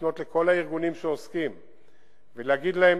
לפנות לכל הארגונים שעוסקים בנושא ולהגיד להם: